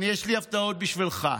יש לי הפתעות בשבילך: